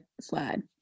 slide